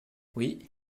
oui